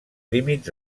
límits